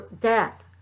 death